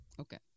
Okay